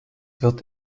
wird